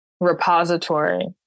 repository